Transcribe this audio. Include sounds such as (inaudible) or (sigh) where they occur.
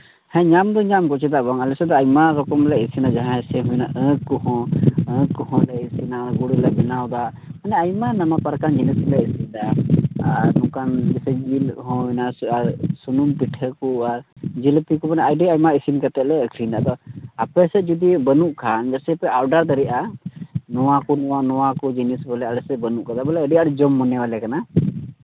ᱦᱮᱸ ᱧᱟᱢ ᱫᱚ ᱧᱟᱢ ᱵᱚ ᱪᱮᱫᱟᱜ ᱵᱟᱝ ᱟᱞᱮ ᱥᱮᱫ ᱟᱭᱢᱟ ᱨᱚᱠᱚᱢ ᱞᱮ ᱤᱥᱤᱱᱟ ᱡᱟᱦᱟᱸᱭ ᱥᱮ ᱢᱮᱱᱟ ᱟᱠᱷ ᱠᱚ ᱦᱚᱸ ᱟᱠᱷ ᱠᱚ ᱦᱚᱸ ᱞᱮ ᱤᱥᱤᱱᱟ ᱜᱩᱲ ᱞᱮ ᱵᱮᱱᱟᱣᱮᱫᱟ ᱢᱟᱱᱮ ᱟᱭᱢᱟ ᱱᱟᱱᱟᱱ ᱯᱚᱨᱠᱟᱨ ᱡᱤᱱᱤᱥ ᱜᱮᱞᱮ ᱤᱥᱤᱱᱫᱟ ᱟᱨ ᱱᱚᱝᱠᱟ ᱡᱮᱭᱥᱮ ᱡᱤᱞ ᱦᱚᱸ (unintelligible) ᱟᱥᱮ ᱥᱩᱱᱩᱢ ᱯᱤᱴᱷᱟᱹ ᱠᱚ ᱟᱨ ᱡᱤᱞ ᱩᱛᱩ ᱠᱚ ᱵᱮᱱᱟᱜᱼᱟ ᱟᱹᱰᱤ ᱟᱭᱢᱟ ᱤᱥᱤᱱ ᱠᱟᱛᱮᱫ ᱞᱮ ᱟᱹᱠᱷᱨᱤᱧᱟ ᱟᱯᱮ ᱥᱮᱫ ᱡᱩᱫᱤ ᱵᱟᱹᱱᱩᱜ ᱠᱷᱟᱱ ᱡᱮᱥᱮ ᱯᱮ ᱚᱰᱟᱨ ᱫᱟᱲᱮᱭᱟᱜᱼᱟ ᱱᱚᱣᱟ ᱠᱚ ᱱᱚᱣᱟ ᱱᱚᱣᱟ ᱠᱚ ᱡᱤᱱᱤᱥ ᱵᱚᱞᱮ ᱟᱞᱮ ᱥᱮᱫ ᱵᱟᱹᱱᱩᱜ ᱠᱟᱫᱟ ᱵᱚᱞᱮ ᱟᱹᱰᱤ ᱟᱸᱴ ᱡᱚᱢ ᱢᱚᱱᱮ ᱟᱞᱮ ᱠᱟᱱᱟ